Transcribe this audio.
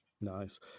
Nice